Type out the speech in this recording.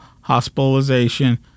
hospitalization